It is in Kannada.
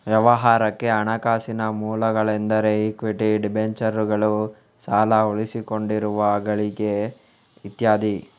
ವ್ಯವಹಾರಕ್ಕೆ ಹಣಕಾಸಿನ ಮೂಲಗಳೆಂದರೆ ಇಕ್ವಿಟಿ, ಡಿಬೆಂಚರುಗಳು, ಸಾಲ, ಉಳಿಸಿಕೊಂಡಿರುವ ಗಳಿಕೆಗಳು ಇತ್ಯಾದಿ